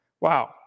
wow